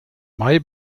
mai